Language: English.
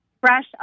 fresh